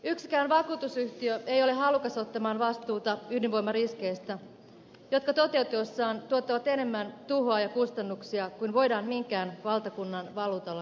yksikään vakuutusyhtiö ei ole halukas ottamaan vastuuta ydinvoimariskeistä jotka toteutuessaan tuottavat enemmän tuhoa ja kustannuksia kuin voidaan minkään valtakunnan valuutalla korvata